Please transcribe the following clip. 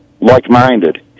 like-minded